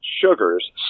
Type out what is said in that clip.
sugars